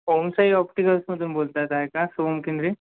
ओं साई ऑप्टिकल्समधून बोलत आहे का सोहम केंद्रे